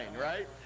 right